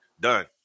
Done